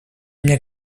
мне